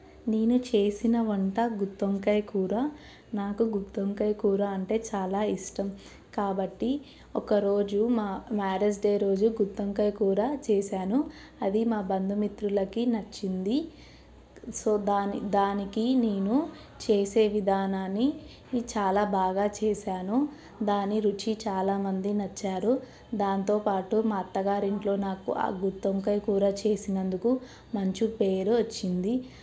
నేను చేసిన వంట కూర నాకు గుత్తి వంకాయ కూర అంటే చాలా ఇష్టం కాబట్టి ఒక రోజు మా మ్యారేజ్ డే రోజు గుత్తి వంకాయ కూర చేసాను అది మా బంధుమిత్రులకి నచ్చింది సో దాని దానికి నేను చేసే విధానాన్ని చాలా బాగా చేసాను దాని రుచి చాలా మంది నచ్చారు దాంతో పాటు మా అత్తగారింట్లో నాకు ఆ గుత్తి వంకాయ కూర చేసినందుకు మంచి పేరు వచ్చింది